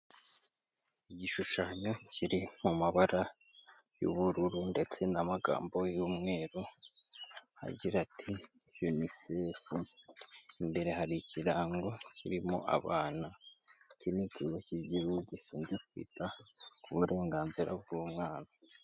Igishushanyo kiri mu mabara y'ubururu ndetse n'amagambo y'umweru agira ati: Unicef, imbere hari ikirango kirimo abana, iki ni icyigo cy'igihugu gishwinzwe kwita ku burenganzira bw'umwana.